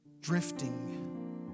drifting